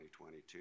2022